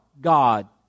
God